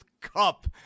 Cup